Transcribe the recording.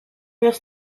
this